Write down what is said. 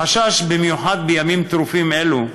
החשש, במיוחד בימים טרופים אלו,